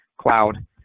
cloud